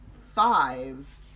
five